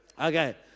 Okay